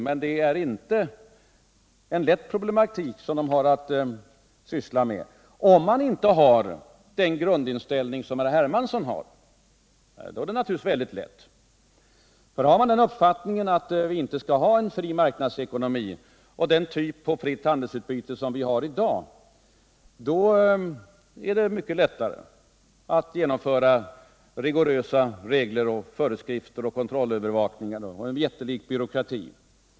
Men det är inte en lätt problematik som den har att syssla med - om man inte har den grundinställning som herr Hermansson har; då är den naturligtvis väldigt lätt. Har man den uppfattningen att vi inte skall ha en fri marknadsekonomi och den typ av fritt handelsutbyte som vi har i dag, då är det mycket lättare att genomföra rigorösa regler och föreskrifter, kontroll och övervakning och en jättelik byråkrati.